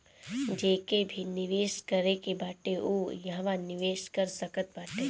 जेके भी निवेश करे के बाटे उ इहवा निवेश कर सकत बाटे